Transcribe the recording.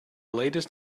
latest